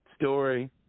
story